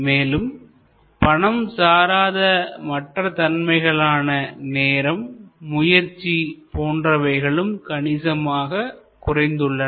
மேலும் பணம் சாராத மற்ற தன்மைகளான நேரம்முயற்சி போன்றவைகளும் கணிசமாக குறைந்து உள்ளன